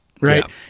right